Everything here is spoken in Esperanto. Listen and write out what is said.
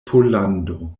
pollando